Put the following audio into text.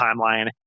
timeline